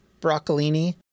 broccolini